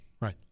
Right